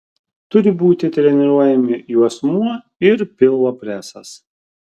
turi būti treniruojami juosmuo ir pilvo presas